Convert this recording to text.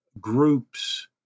groups